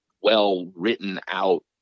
well-written-out